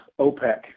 OPEC